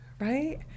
right